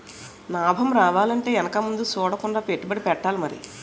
నాబం రావాలంటే ఎనక ముందు సూడకుండా పెట్టుబడెట్టాలి మరి